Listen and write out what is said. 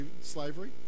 slavery